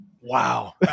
Wow